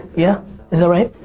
yeah, is that right?